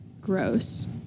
Gross